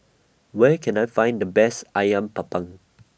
Where Can I Find The Best Ayam Panggang